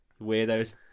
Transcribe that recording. Weirdos